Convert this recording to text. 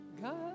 God